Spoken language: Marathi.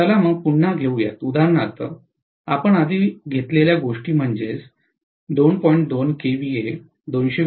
चला पुन्हा घेऊया उदाहरणार्थ आपण आधी घेतलेल्या गोष्टी म्हणजेच 2